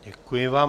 Děkuji vám.